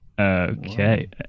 okay